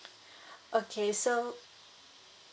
okay so